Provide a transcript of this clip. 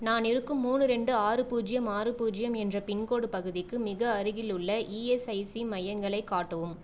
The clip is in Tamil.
நான் இருக்கும் மூணு ரெண்டு ஆறு பூஜ்ஜியம் ஆறு பூஜ்ஜியம் என்ற பின்கோட் பகுதிக்கு மிக அருகிலுள்ள இஎஸ்ஐசி மையங்களைக் காட்டவும்